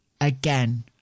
again